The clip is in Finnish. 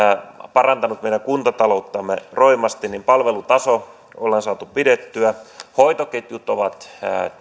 parantanut meidän kuntatalouttamme roimasti palvelutaso on saatu pidettyä hoitoketjut ovat